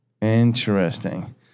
interesting